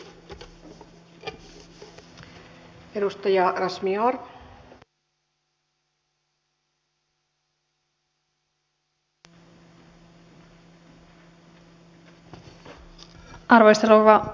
arvoisa rouva puhemies